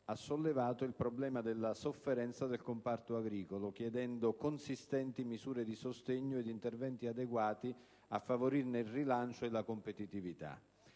ha sollevato il problema della sofferenza del comparto agricolo, chiedendo consistenti misure di sostegno ed interventi adeguati a favorirne il rilancio e la competitività,